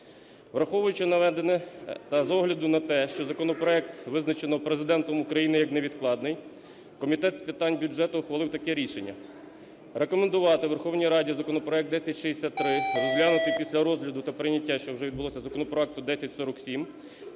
Враховуючи наведене та з огляду на те, що законопроект визначено Президентом України як невідкладний, Комітет з питань бюджету ухвалив таке рішення: рекомендувати Верховній Раді законопроект 1063 розглянути після розгляду та прийняття, що вже відбулося, законопроекту 1047